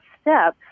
step